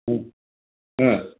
ह्म् ह्म्